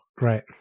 Right